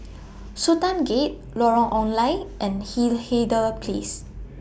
Sultan Gate Lorong Ong Lye and Hindhede Place